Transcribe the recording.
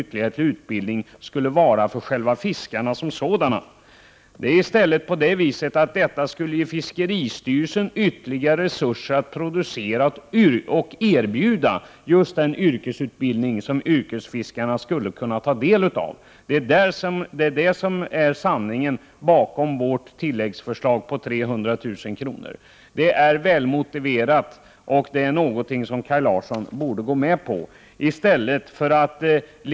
ytterligare till utbildning skulle vara för fiskarna själva. Dessa pengar skulle ge fiskeristyrelsen ytterligare resurser att producera och erbjuda just den yrkesutbildning som yrkesfiskarna skulle kunna ta del av. Det är det som är sanningen bakom vårt tilläggsförslag på 300 000 kr. Detta är välmotiverat, och det är något som Kaj Larsson borde gå med på —-i stället för att raljerande Prot.